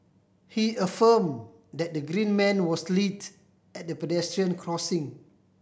he affirm that the green man was lit at the pedestrian crossing